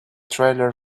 trailer